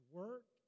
work